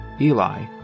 Eli